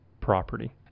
property